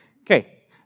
Okay